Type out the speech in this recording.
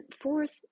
fourth